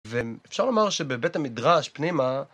ואפשר לומר שבבית המדרש פנימה...